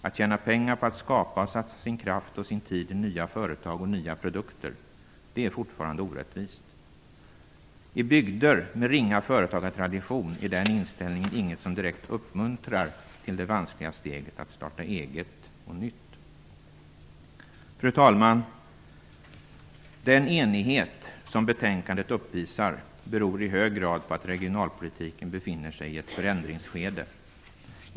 Att tjäna pengar på att skapa och satsa sin kraft och sin tid i nya företag och nya produkter är fortfarande orättvist. I bygder med ringa företagartradition är den inställningen inget som direkt uppmuntrar till det vanskliga steget att starta eget och nytt. Fru talman! Den enighet som betänkandet uppvisar beror i hög grad på att regionalpolitiken befinner sig i ett förändringsskede.